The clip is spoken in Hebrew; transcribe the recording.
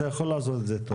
אתה יכול לעשות את זה.